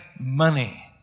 money